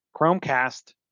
Chromecast